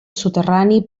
soterrani